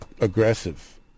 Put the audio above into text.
aggressive